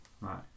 Right